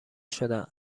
شدن